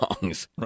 songs